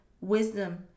wisdom